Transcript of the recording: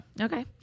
Okay